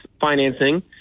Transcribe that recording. financing